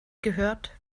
gehört